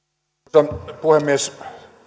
arvoisa puhemies vaikka